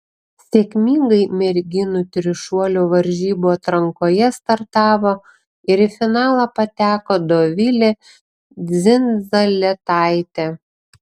sėkmingai merginų trišuolio varžybų atrankoje startavo ir į finalą pateko dovilė dzindzaletaitė